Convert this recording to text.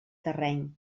terreny